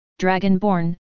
Dragonborn